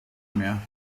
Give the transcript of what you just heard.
mehr